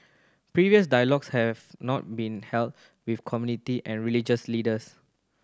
previous dialogues have not been held with community and religious leaders